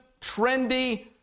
trendy